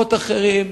ממקומות אחרים,